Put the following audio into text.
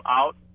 out